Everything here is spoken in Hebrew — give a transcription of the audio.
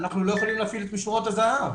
אנחנו לא יכולים להפעיל את משמרות הזה"ב.